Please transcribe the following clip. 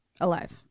Alive